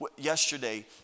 Yesterday